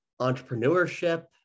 entrepreneurship